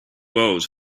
world